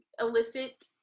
elicit